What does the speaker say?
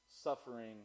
suffering